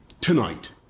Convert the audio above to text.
tonight